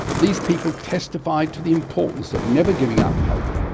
these people testify to the importance of never giving up hope,